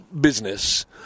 business